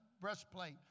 breastplate